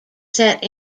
set